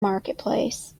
marketplace